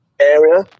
area